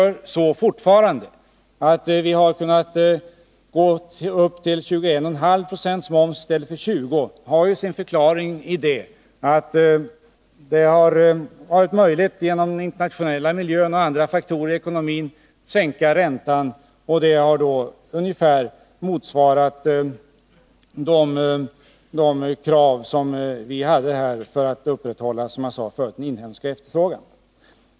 Att vi har kunnat höja momsen till 21,5 96 från 20 90 har sin förklaring i den internationella miljön och andra faktorer i ekonomin, som gjort det möjligt att sänka räntan. Dessa åtgärder har ungefär motsvarat de krav vi ställt för att kunna upprätthålla den inhemska efterfrågan.